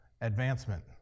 advancement